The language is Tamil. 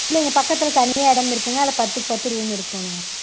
இல்லைங்க பக்கத்தில் தனியாக இடம் இருக்குதுங்க அதில் பத்துக்கு பத்து ரூம் எடுக்கணும்ங்க